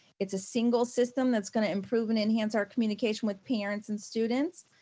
it's a single system that's gonna improve and enhance our communication with parents and students.